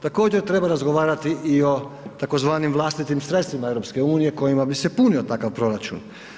Također treba razgovarati i o tzv. vlastitim sredstvima EU kojima bi se punio takav proračun.